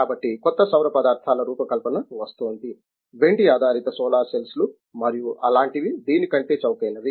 కాబట్టి కొత్త సౌర పదార్థాల రూపకల్పన వస్తోంది వెండి ఆధారిత సోలార్ సెల్స్ లు మరియు ఇలాంటివి దీని కంటే చౌకైనవి